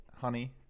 honey